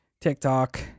TikTok